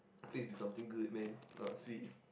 please be something good man ah swee